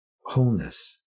wholeness